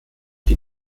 die